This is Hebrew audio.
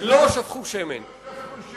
לא שפכו שמן, לא שפכו שמן.